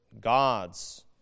gods